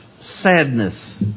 sadness